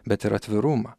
bet ir atvirumą